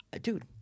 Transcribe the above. Dude